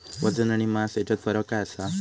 वजन आणि मास हेच्यात फरक काय आसा?